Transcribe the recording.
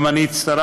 גם אני הצטרפתי,